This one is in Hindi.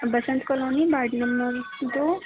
बसंत कलोनी वार्ड नंबर दो